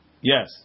Yes